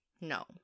No